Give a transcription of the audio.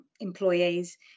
employees